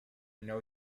know